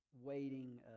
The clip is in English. waiting